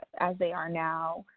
as they are now,